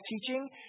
teaching